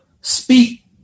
speak